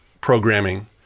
programming